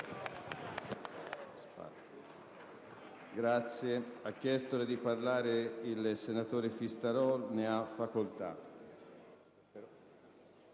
Grazie